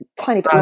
tiny